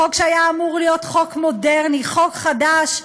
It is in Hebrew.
חוק שהיה אמור להיות חוק מודרני, חוק חדש,